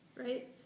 right